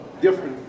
different